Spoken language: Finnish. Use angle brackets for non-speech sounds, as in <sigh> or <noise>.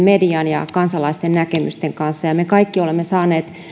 <unintelligible> median ja kansalaisten näkemysten kanssa ja me kaikki olemme saaneet